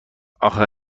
اخه